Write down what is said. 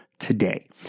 Today